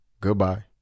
goodbye